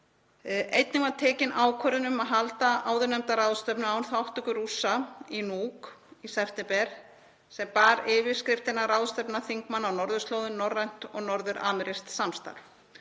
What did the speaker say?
Einnig var tekin ákvörðun um að halda áðurnefnda ráðstefnu án þátttöku Rússa í Nuuk í september sem bar yfirskriftina Ráðstefna þingmanna á norðurslóðum – norrænt og norður-amerískt samstarf.